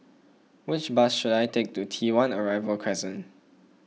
which bus should I take to T one Arrival Crescent